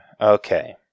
Okay